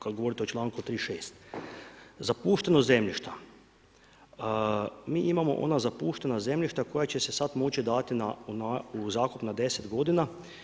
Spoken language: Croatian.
Kad govorite o članku 36. zapuštenost zemljišta, mi imamo ona zapuštena zemljišta koja će se sad moći dati u zakup na 10 godina.